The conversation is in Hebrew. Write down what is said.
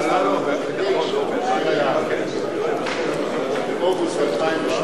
אכן הדיור הציבורי סובל זה 20 שנה בתפיסה הזאת.